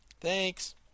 Thanks